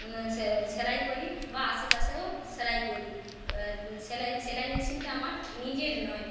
সেলাই করি বা আশেপাশেও সেলাই করি সেলাই সেলাই মেশিনটা আমার নিজের নয়